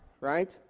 right